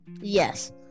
Yes